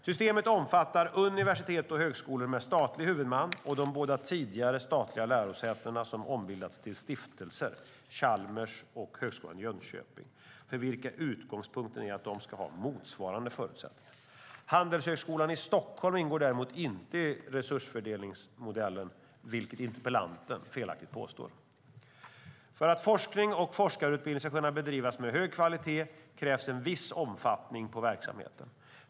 Systemet omfattar universitet och högskolor med statlig huvudman och de båda tidigare statliga lärosäten som ombildats till stiftelser, Chalmers och Högskolan i Jönköping, för vilka utgångspunkten är att de ska ha motsvarande förutsättningar. Handelshögskolan i Stockholm ingår däremot inte i resursfördelningsmodellen, vilket interpellanten felaktigt påstår. För att forskning och forskarutbildning ska kunna bedrivas med hög kvalitet krävs en viss omfattning på verksamheten.